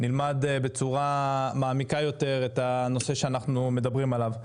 נלמד בצורה מעמיקה יותר את הנושא שאנחנו מדברים עליו.